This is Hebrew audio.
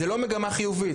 זו לא מגמה חיובית,